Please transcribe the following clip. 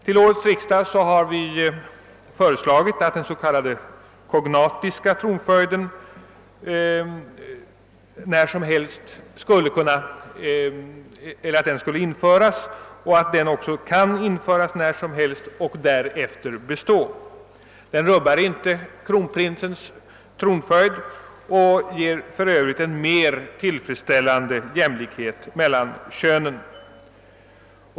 Till årets riksdag har vi föreslagit, att den s.k. kognatiska tronföljden skall införas, och framhållit, att den också kan införas när som helst och därefter bestå. Den rubbar inte kronprinsens tronföljd och ger för övrigt en mer tillfredsställande jämlikhet mellan könen.